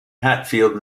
hatfield